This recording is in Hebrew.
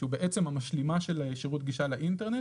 הוא בעצם המשלים של שירות גישה לאינטרנט.